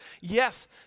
yes